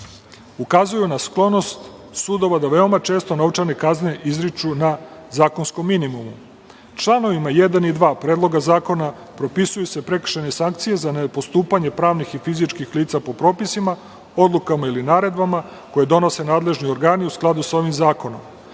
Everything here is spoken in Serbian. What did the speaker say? ukazuju na sklonost sudova da veoma često novčane kazne izriču na zakonskom minimumu. Članovima 1. i 2. Predloga zakona propisuju se prekršajne sankcije za nepostupanje pravnih i fizičkih lica po propisima, odlukama ili naredbama koje donose nadležni organi u skladu sa ovim zakonom,